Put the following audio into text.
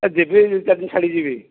ଏଇ ଯିବି ଦୁଇ ଚାରିଦିନ ଛାଡ଼ିକି ଯିବି